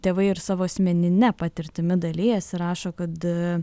tėvai ir savo asmenine patirtimi dalijasi rašo kad